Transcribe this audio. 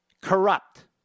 corrupt